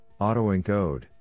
AutoEncode